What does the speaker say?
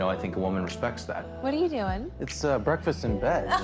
i think a woman respects that. what are you doing? it's breakfast in bed.